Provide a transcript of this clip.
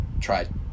tried